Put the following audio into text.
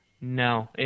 No